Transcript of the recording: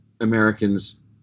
Americans